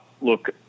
look